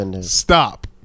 stop